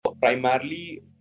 Primarily